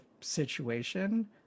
situation